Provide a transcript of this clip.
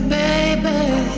baby